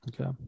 okay